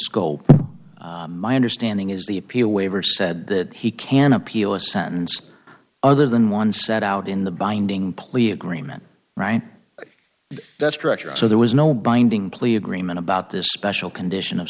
scope my understanding is the appeal waiver said that he can appeal a sentence other than one set out in the binding plea agreement right that's correct so there was no binding plea agreement about this special condition of